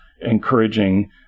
encouraging